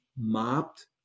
mopped